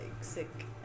sick